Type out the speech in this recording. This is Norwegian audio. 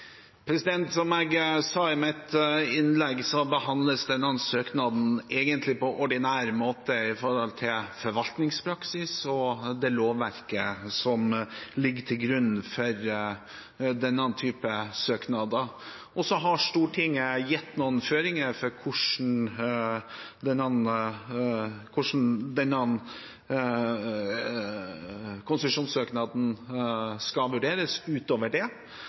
som er under bygging? Som jeg sa i mitt innlegg, behandles denne søknaden egentlig på ordinær måte i henhold til forvaltningspraksis og det lovverket som ligger til grunn for denne typen søknader. Så har Stortinget gitt noen føringer for hvordan konsesjonssøknaden skal vurderes utover det,